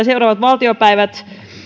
seuraavat valtiopäivät